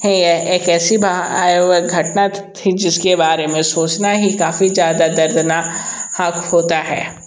हैं एक ऐसी घटना थी जिस के बारे में सोचना ही काफ़ी ज़्यादा दर्दनाक होता है